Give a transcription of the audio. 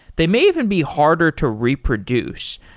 they may even be harder to reproduce.